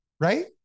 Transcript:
right